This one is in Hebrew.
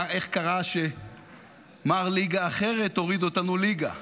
איך קרה שמר ליגה אחרת הוריד אותנו ליגה?